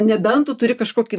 nebent tu turi kažkokį